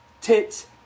tits